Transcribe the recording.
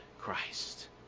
Christ